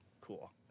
cool